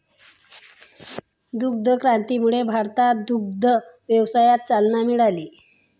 दुग्ध क्रांतीमुळे भारतात दुग्ध व्यवसायाला चालना मिळाली